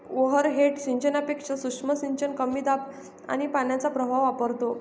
overhead सिंचनापेक्षा सूक्ष्म सिंचन कमी दाब आणि पाण्याचा प्रवाह वापरतो